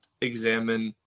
examine